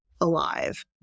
alive